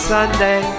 Sunday